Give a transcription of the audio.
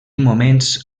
moments